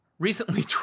Recently